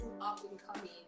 up-and-coming